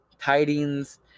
Tidings